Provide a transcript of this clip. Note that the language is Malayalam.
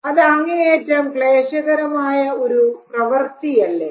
അത് അങ്ങേയറ്റം ക്ലേശകരമായ ഒരു പ്രവർത്തി അല്ലേ